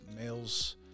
males